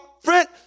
friend